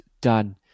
done